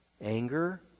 anger